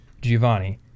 Giovanni